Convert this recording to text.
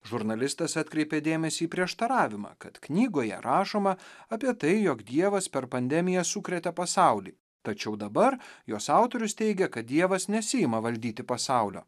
žurnalistas atkreipė dėmesį į prieštaravimą kad knygoje rašoma apie tai jog dievas per pandemiją sukrėtė pasaulį tačiau dabar jos autorius teigia kad dievas nesiima valdyti pasaulio